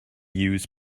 use